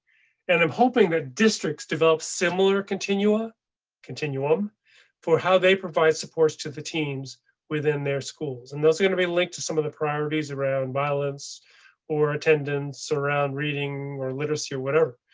and i'm hoping that districts developed similar continuum continuum for how they provide supports to the teams within their schools, and those are going to be linked to some of the priorities around violence or attendance around reading or literacy or whatever,